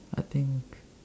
I think